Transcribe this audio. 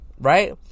right